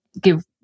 give